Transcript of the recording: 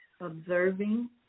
observing